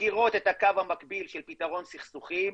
מכירות את הקו המקביל של פתרון סכסוכים,